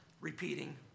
repeating